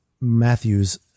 Matthew's